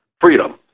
freedom